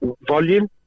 volume